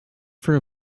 for